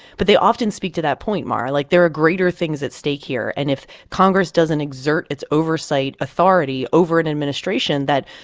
but they often speak to that point, mara. like, there are greater things at stake here. and if congress doesn't exert its oversight authority over an administration that,